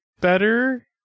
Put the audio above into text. better